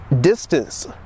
distance